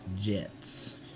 Jets